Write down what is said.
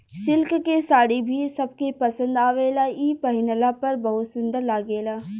silk के साड़ी भी सबके पसंद आवेला इ पहिनला पर बहुत सुंदर लागेला